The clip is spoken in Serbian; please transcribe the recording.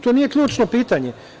To nije ključno pitanje.